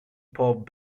pop